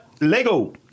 Lego